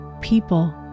people